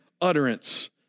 utterance